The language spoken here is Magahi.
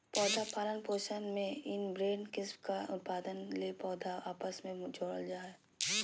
पौधा पालन पोषण में इनब्रेड किस्म का उत्पादन ले पौधा आपस मे जोड़ल जा हइ